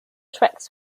tracks